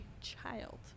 child